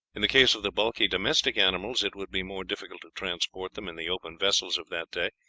in the case of the bulky domestic animals, it would be more difficult to transport them, in the open vessels of that day,